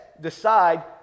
decide